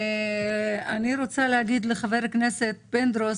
ואני רוצה להגיד לחבר הכנסת פינדרוס: